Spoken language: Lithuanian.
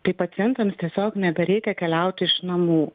tai pacientams tiesiog nebereikia keliauti iš namų